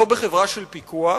לא בחברה של פיקוח,